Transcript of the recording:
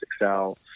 excel